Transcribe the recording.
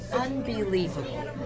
unbelievable